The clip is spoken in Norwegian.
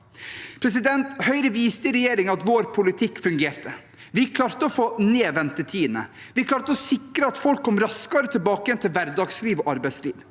Høyre viste i regjering at vår politikk fungerte. Vi klarte å få ned ventetidene. Vi klarte å sikre at folk kom raskere tilbake til hverdagslivet og arbeidslivet.